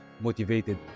motivated